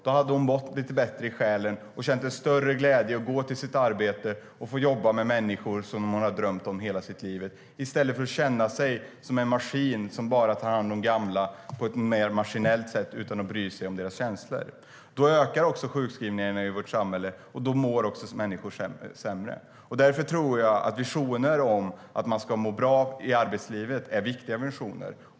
Då hade hon mått lite bättre i själen och känt en större glädje att gå till sitt arbete och få jobba med människor som hon har drömt om hela sitt liv i stället för att känna sig som en maskin som bara tar hand om gamla på ett mer maskinellt sätt utan att bry sig om deras känslor. Då ökar sjukskrivningarna i vårt samhälle, och då mår människor sämre. Visioner om att man ska må bra i arbetslivet är viktiga visioner.